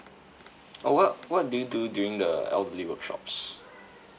oh what what do you do during the elderly workshops